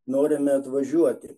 norime atvažiuoti